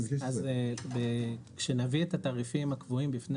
אז כשנביא את התעריפים הקבועים בפני